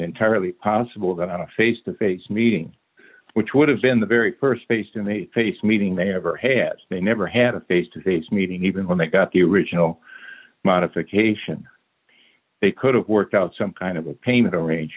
entirely possible that on a face to face meeting which would have been the very st based in the face meeting they ever had they never had a face to face meeting even when they got the original modification they could have worked out some kind of a pa